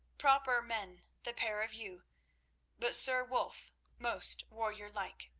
proper men, the pair of you but sir wulf most warriorlike,